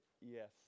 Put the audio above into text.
yes